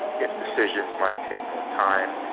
if decisions might take more time